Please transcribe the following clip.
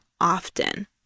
often